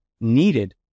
needed